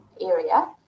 area